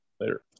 later